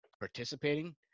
participating